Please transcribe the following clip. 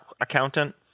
accountant